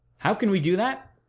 how can we do that?